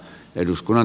kiitos